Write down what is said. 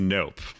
Nope